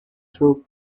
through